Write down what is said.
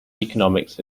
economics